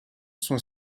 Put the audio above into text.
sont